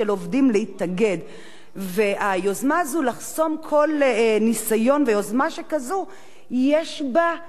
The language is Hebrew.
והיוזמה הזו לחסום כל ניסיון ויוזמה שכזו יש בה דוגמה לשאר,